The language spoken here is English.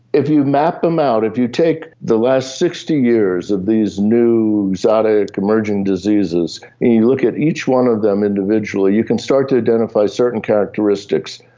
if you map them out, if you take the last sixty years of these new exotic emerging diseases and you look at each one of them individually, you can start to identify certain characteristics,